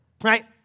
Right